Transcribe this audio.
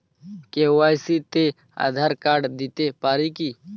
KYC তে Aadhaar card দিতে পারি কি?